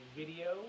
video